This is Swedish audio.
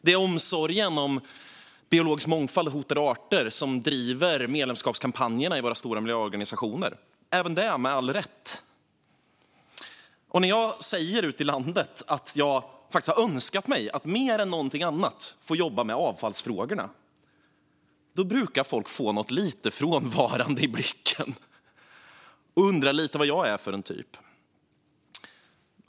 Det är omsorgen om biologisk mångfald och hotade arter som driver medlemskapskampanjerna i våra stora miljöskyddsorganisationer, även det med all rätt. När jag säger ute i landet att jag faktiskt har önskat mig att få jobba med avfallsfrågorna mer än med någonting annat brukar folk få något lite frånvarande i blicken och undra vad jag är för en typ.